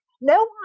No